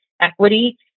equity